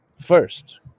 First